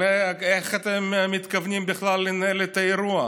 איך אתם מתכוונים בכלל לנהל את האירוע?